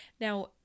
Now